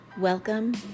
welcome